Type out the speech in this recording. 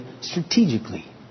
strategically